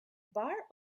bar